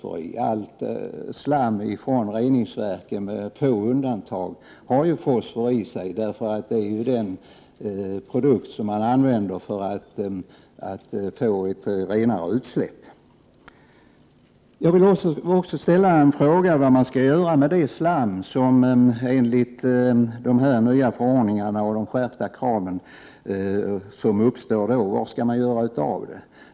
Det är fosfor i allt slam från reningsverken med få undantag, eftersom det är den produkt som man använder för att få ett renare utsläpp. Jag vill också fråga vad man skall göra med det slam som enligt de nya förordningarna och de skärpta kraven inte får spridas på åkrarna. Var skall man göra av det?